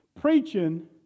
preaching